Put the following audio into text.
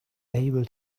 able